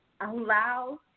allow